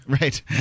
Right